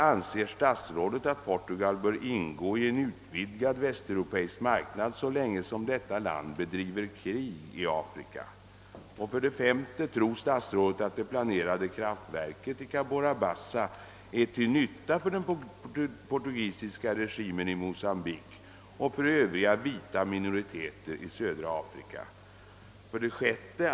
Anser statsrådet att Portugal bör ingå i en utvidgad västeuropeisk marknad så länge som detta land bedriver krig i Afrika? 53. Tror statsrådet att det planerade kraftverket i Cabora Bassa är till nytta för den portugisiska regimen i Mocambique och för övriga vita minoriteter i södra Afrika? 6.